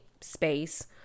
space